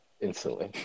instantly